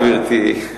גברתי,